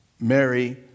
Mary